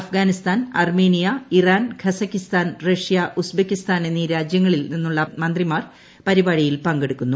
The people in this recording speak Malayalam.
Afghanistan Armenia Iran Kazakhstan Russia Uzbekistan എന്നീ രാജൃങ്ങളിൽ നിന്നുള്ള മന്ത്രിമാർ പരിപാടിയിൽ പങ്കെടുക്കുന്നു